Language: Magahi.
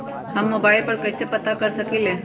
हम मोबाइल पर कईसे पता कर सकींले?